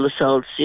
assaults